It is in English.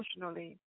emotionally